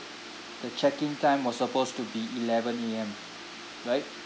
the check in time was supposed to be eleven A_M right